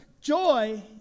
joy